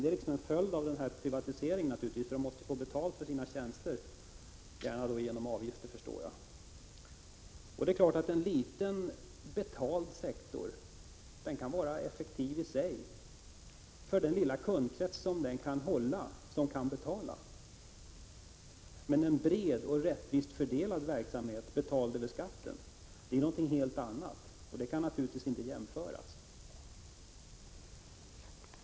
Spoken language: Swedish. Det är naturligtvis en följd av denna privatisering, eftersom man måste få betalt för sina tjänster genom avgifter. Det är klart att en liten betald sektor kan vara effektiv i sig för den lilla kundkrets som den kan hålla och som kan betala. Men en bred och rättvist fördelad verksamhet, betald över skatten, är något helt annat, och det kan naturligtvis inte jämföras.